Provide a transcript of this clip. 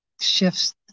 shifts